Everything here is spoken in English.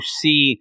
see